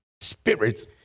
spirits